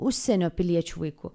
užsienio piliečių vaikų